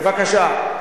בבקשה.